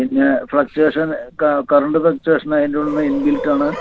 പിന്നെ ഫ്രക്ചുവേഷൻ ക current fluctuation അതിന്റെ ഉള്ളില് ഇൻബിൽറ്റാണ്